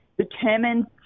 determined